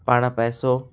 पाण पैसो